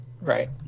right